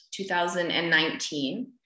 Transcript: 2019